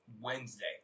Wednesday